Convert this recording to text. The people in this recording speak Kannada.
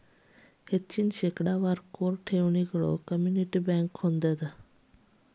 ಹೆಚ್ಚಿನ ಶೇಕಡಾವಾರ ಕೋರ್ ಠೇವಣಿಗಳನ್ನ ಕಮ್ಯುನಿಟಿ ಬ್ಯಂಕ್ ಹೊಂದೆದ